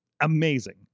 amazing